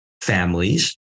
families